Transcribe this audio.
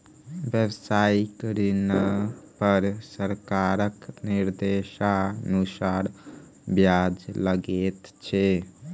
व्यवसायिक ऋण पर सरकारक निर्देशानुसार ब्याज लगैत छै